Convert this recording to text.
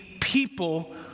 people